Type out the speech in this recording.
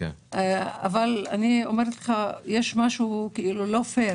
יש משהו לא פייר